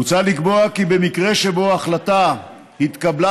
מוצע לקבוע כי במקרה שבו ההחלטה התקבלה